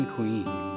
Queen